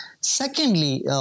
Secondly